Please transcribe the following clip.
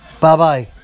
Bye-bye